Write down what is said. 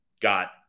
got